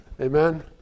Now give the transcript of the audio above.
amen